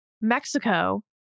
Mexico